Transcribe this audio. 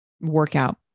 workout